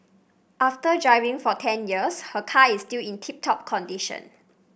after driving for ten years her car is still in tip top condition